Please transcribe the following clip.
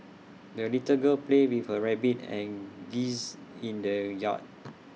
the little girl played with her rabbit and geese in the yard